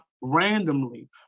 randomly